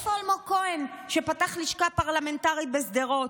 איפה אלמוג כהן, שפתח לשכה פרלמנטרית בשדרות?